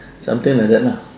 something like that lah